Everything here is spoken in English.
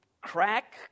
Crack